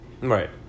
Right